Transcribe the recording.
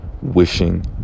wishing